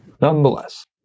Nonetheless